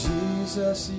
Jesus